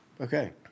okay